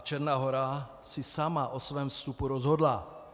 Černá Hora si sama o svém vstupu rozhodla.